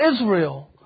Israel